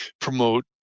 promote